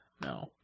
No